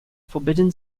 forbidden